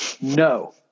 No